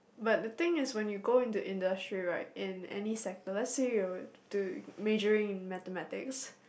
but the thing is when you go into industry right in any sector let's say you're do majoring in Mathematics